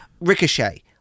Ricochet